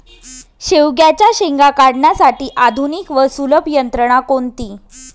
शेवग्याच्या शेंगा काढण्यासाठी आधुनिक व सुलभ यंत्रणा कोणती?